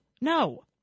no